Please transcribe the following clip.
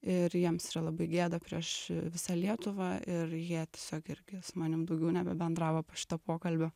ir jiems yra labai gėda prieš visą lietuvą ir jie tiesiog irgi su manim daugiau nebebendravo šito pokalbio